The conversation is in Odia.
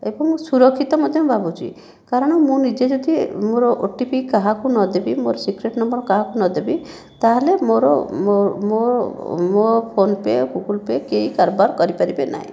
ଏବଂ ସୁରକ୍ଷିତ ମଧ୍ୟ ଭାବୁଛି କାରଣ ମୁଁ ନିଜେ ଯଦି ମୋର ଓ ଟି ପି କାହାକୁ ନ ଦେବି ମୋର ସିକ୍ରେଟ୍ ନମ୍ବର କାହାକୁ ନ ଦେବି ତା'ହେଲେ ମୋର ମୋ ଫୋନ ପେ ଗୁଗୁଲ୍ ପେ କେହି କାରବାର କରିପାରିବେ ନାହିଁ